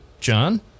John